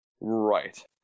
Right